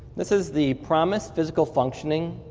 this is the promis physical functioning